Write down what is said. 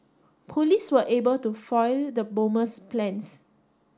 police were able to foil the bomber's plans